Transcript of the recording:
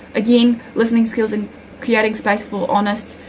again, listening skills and creating space for honest,